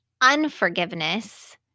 unforgiveness